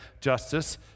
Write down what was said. justice